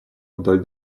вдоль